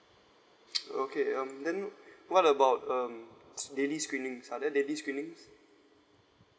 okay um then what about um s~ daily screenings are there daily screenings